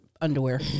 underwear